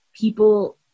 people